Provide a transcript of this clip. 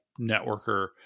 networker